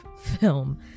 film